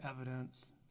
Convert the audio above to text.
evidence